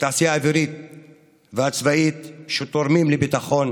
בתעשייה האווירית והצבאית, שתורמים לביטחון